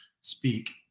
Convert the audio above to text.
speak